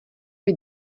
být